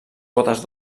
botes